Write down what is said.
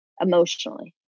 emotionally